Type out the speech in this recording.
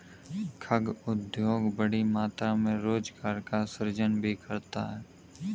खाद्य उद्योग बड़ी मात्रा में रोजगार का सृजन भी करता है